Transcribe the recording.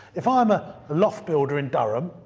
if i'm a loft builder in durham,